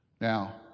Now